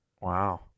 Wow